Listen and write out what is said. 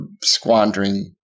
squandering